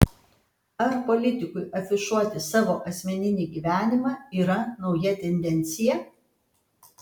ar politikui afišuoti savo asmeninį gyvenimą yra nauja tendencija